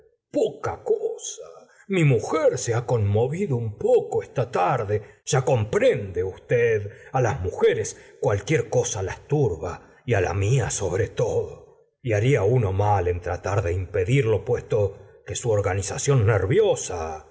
poca cosa mi mujer se ha conmovido un poco esta tarde ya comprende usted á las mujeres cualquier cosa las turba y á la mia sobre todo y haría uno mal en tratar de impedirlo puesto que su organización nerviosa